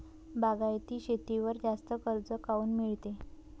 बागायती शेतीवर जास्त कर्ज काऊन मिळते?